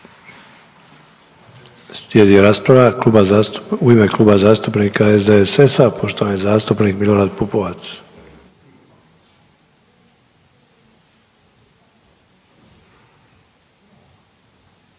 u ime Kluba zastupnika SDSS-a, poštovani zastupnik Mlorad Ppovac.